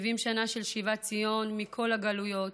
70 שנה של שיבת ציון מכל הגלויות,